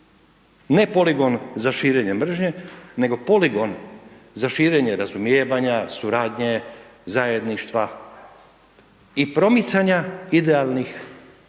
ne poligon za širenje mržnje, nego poligon za širenje razumijevanja, suradnje, zajedništva i promicanja idealnih